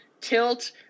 Tilt